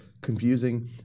confusing